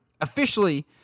officially